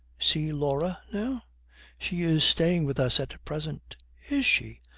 see laura now she is staying with us at present is she?